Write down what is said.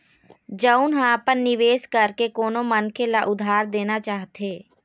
जउन ह अपन निवेश करके कोनो मनखे ल उधार देना चाहथे